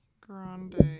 Grande